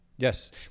Yes